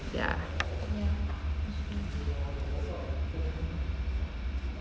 ya